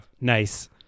Nice